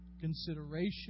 consideration